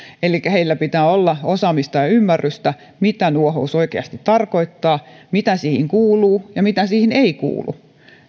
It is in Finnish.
elikkä heillä pitää olla osaamista ja ymmärrystä mitä nuohous oikeasti tarkoittaa mitä siihen kuuluu ja mitä siihen ei kuulu